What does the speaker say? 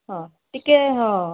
ହଁ ଟିକିଏ ହଁ